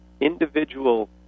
individual